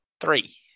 three